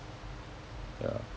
ya